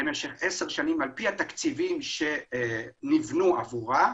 במשך עשר שנים על פי התקציבים שנבנו עבורה,